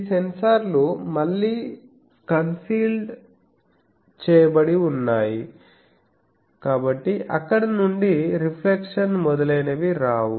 ఈ సెన్సార్లు మళ్ళీ కన్సీల్డ్ చేయబడివున్నాయి కాబట్టి అక్కడ నుండి రిఫ్లెక్షన్స్ మొదలైనవి రావు